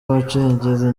abacengezi